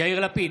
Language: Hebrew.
יאיר לפיד,